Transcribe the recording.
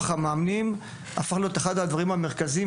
המאמנים הפך להיות אחד הדברים המרכזיים,